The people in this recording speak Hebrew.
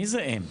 מי זה הם?